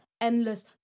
endless